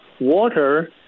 water